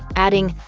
adding,